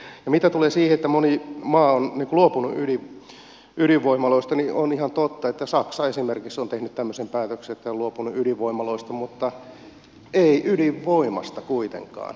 ja mitä tulee siihen että moni maa on luopunut ydinvoimaloista niin on ihan totta että esimerkiksi saksa on tehnyt tämmöisen päätöksen että he ovat luopuneet ydinvoimaloista mutta eivät ydinvoimasta kuitenkaan